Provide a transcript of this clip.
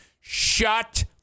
Shut